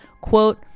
Quote